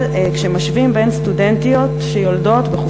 במיוחד כשמשווים סטודנטיות שיולדות והן